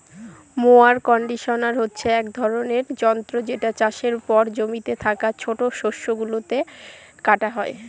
mower conditioner হচ্ছে এক ধরনের যন্ত্র যেটা চাষের পর জমিতে থাকা ছোট শস্য গুলোকে কাটা হয়